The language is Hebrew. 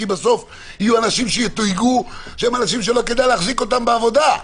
כי בסוף יהיו אנשים שיתויגו שהם אנשים שלא כדאי להחזיק אותם בעבודה.